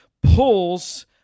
pulls